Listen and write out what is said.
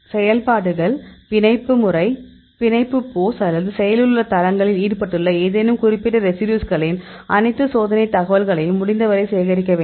செயல்பாடுகள்பிணைப்பு முறைபிணைப்பு போஸ் அல்லது செயலில் உள்ள தளங்களில் ஈடுபட்டுள்ள ஏதேனும் குறிப்பிட்ட ரெசிடியூஸ்களின் அனைத்து சோதனை தகவல்களையும் முடிந்தவரை சேகரிக்க வேண்டும்